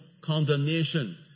condemnation